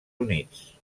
units